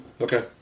Okay